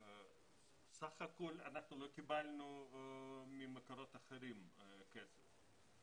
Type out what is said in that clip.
סך הכול אנחנו לא קיבלנו ממקורות אחרים כסף,